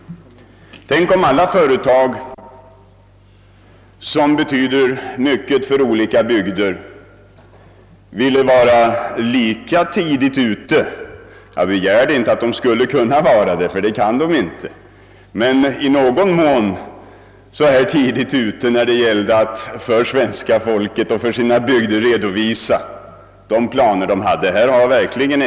Tänk om alla företag som betyder mycket för olika bygder ville vara lika tidigt ute! Jag begär inte att de skall vara det, ty det är omöjligt, men det vore bra om företagen på ett tämligen tidigt stadium kunde redovisa sina planer för folket ute i bygderna.